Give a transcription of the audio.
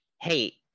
hey